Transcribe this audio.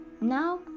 Now